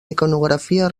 iconografia